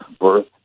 birth